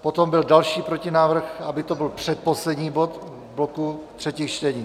Potom byl další protinávrh, aby to byl předposlední bod v bloku třetích čtení.